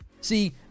See